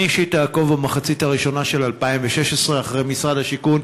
אני אישית אעקוב במחצית הראשונה של 2016 אחרי משרד הבינוי והשיכון,